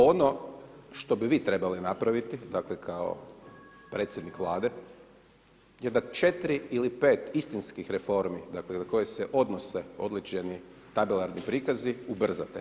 Ono što bi vi trebali napraviti, dakle kao predsjednik Vlade, je da 4 ili 5 istinskih reformi dakle na koje se odnose određeni tabularni prikazi ubrzate.